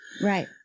Right